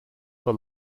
for